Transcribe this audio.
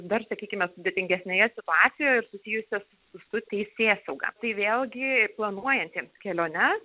dar sakykime sudėtingesnėje situacijoj ir susijusios su teisėsauga tai vėlgi planuojantiems keliones